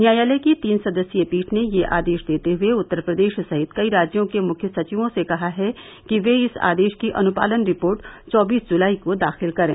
न्यायालय की तीन सदस्यीय पीठ ने यह आदेश देते हुए उत्तर प्रदेश सहित कई राज्यों के मुख्य सचिवों से कहा है कि वह इस आदेश की अनुपालन रिपोर्ट चौबीस जुलाई को दाखिल करें